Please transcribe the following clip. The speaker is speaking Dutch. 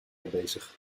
bezig